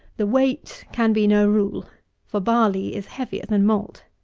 the weight can be no rule for barley is heavier than malt.